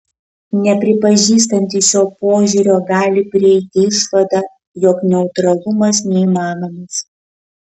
nepripažįstantys šio požiūrio gali prieiti išvadą jog neutralumas neįmanomas